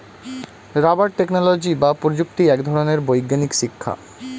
rubber technology বা প্রযুক্তি এক ধরনের বৈজ্ঞানিক শিক্ষা